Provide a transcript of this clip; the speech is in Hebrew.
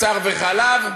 בשר וחלב,